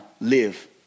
live